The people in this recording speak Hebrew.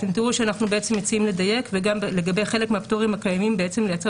אתם תראו שאנחנו מציעים לדייק וגם לגבי חלק מהפטורים הקיימים לייצר